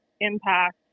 impact